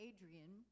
Adrian